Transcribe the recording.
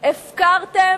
הפקרתם